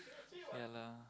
ya lah